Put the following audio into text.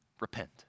Repent